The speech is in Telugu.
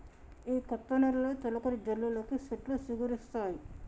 ఈ కొత్త నెలలో తొలకరి జల్లులకి సెట్లు సిగురిస్తాయి